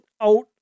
out